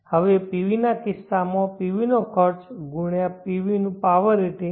હવે PV ના કિસ્સામાં PV નો ખર્ચ ગુણ્યાં PV નું પાવર રેટિંગ